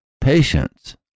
patience